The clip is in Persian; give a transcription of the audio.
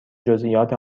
جزئیات